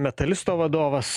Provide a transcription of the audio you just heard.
metalisto vadovas